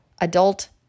adult